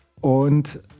Und